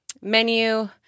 menu